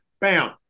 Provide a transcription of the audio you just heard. Bam